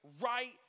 right